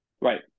Right